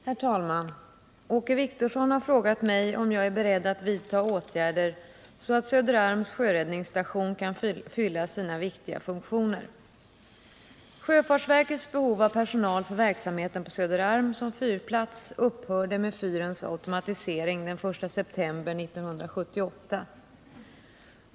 Herr talman! Åke Wictorsson har frågat mig om jag är beredd att vidta åtgärder så att Söderarms sjöräddningsstation kan fylla sina viktiga funktioner. Sjöfartsverkets behov av personal för verksamheten på Söderarm som fyrplats upphörde med fyrens automatisering den 1 september 1978.